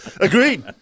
Agreed